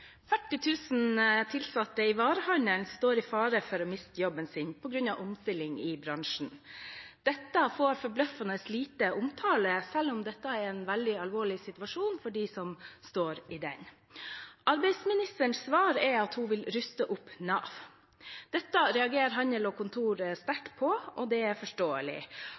000 tilsatte i varehandelen står i fare for å miste jobben sin på grunn av omstilling i bransjen. Dette får forbløffende lite omtale, selv om det er en veldig alvorlig situasjon for dem som står i den. Arbeidsministerens svar er hun vil ruste opp Nav. Dette reagerer Handel og Kontor sterkt på, og det er forståelig.